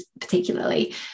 particularly